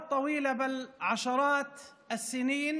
המאוחדת תומכת בהקמת הממשלה הזאת